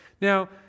Now